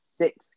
six